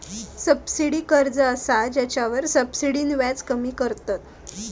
subsidy कर्ज ता कर्ज असा जेच्यावर सब्सिडीन व्याज कमी करतत